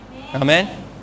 Amen